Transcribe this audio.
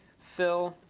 fill.